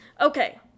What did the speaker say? Okay